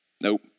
nope